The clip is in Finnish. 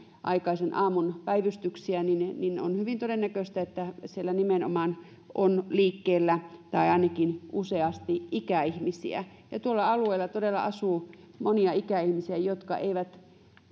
aikaisen aamun päivystyksiä niin niin on hyvin todennäköistä että siellä nimenomaan on liikkeellä ainakin useasti ikäihmisiä tuolla alueella todella asuu monia ikäihmisiä jotka eivät